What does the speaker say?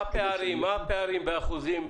מה הפערים באחוזים?